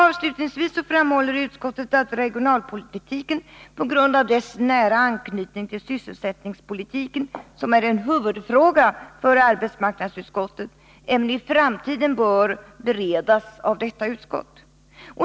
Avslutningsvis framhåller utskottet att regionalpolitiken på grund av dess nära anknytning till sysselsättningspolitiken, som är en huvudfråga för arbetsmarknadsutskottet, även i framtiden bör beredas av detta utskott.